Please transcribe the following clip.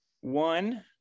One